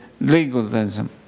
legalism